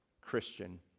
Christian